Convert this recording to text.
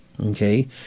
Okay